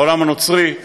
העולם הנוצרי,